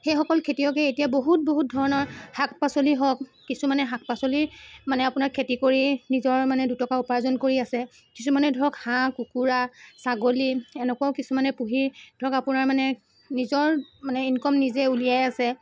সেইসকল খেতিয়কে এতিয়া বহুত বহুত ধৰণৰ শাক পাচলি হওক কিছুমানে শাক পাচলি মানে আপোনাৰ খেতি কৰি নিজৰ মানে দুটকা উপাৰ্জন কৰি আছে কিছুমানে ধৰক হাঁহ কুকুৰা ছাগলী এনেকুৱাও কিছুমানে পুহি ধৰক আপোনাৰ মানে নিজৰ মানে ইনকাম নিজে উলিয়াই আছে